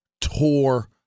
tore